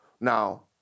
Now